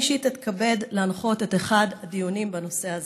אני אישית אתכבד להנחות את אחד הדיונים בנושא הזה.